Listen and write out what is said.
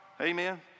amen